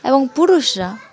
এবং পুরুষরা